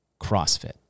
CrossFit